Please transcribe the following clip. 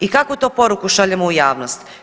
I kakvu to poruku šaljemo u javnost?